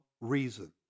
reason